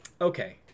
okay